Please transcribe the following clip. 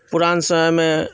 पुरान समयमे